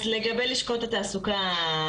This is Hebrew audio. אז לגבי לשכות התעסוקה,